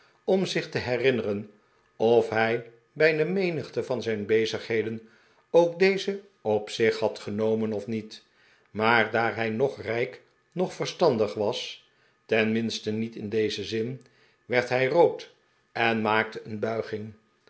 om zich te herinneren of hij bij de menigte van zijn bezigheden ook deze op zich had genonlen of niet maar daar hij noch rijk noch verstandig was tenmi nste niet in dezen zin werd hij rood en maakte een buiging